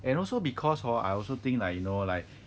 and also because hor I also think like you know like